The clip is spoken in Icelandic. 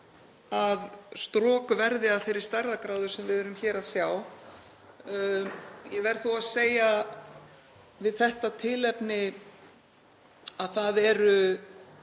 að strok verði af þeirri stærðargráðu sem við erum hér að sjá. Ég verð þó að segja við þetta tilefni að hér er